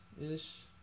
ish